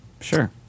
sure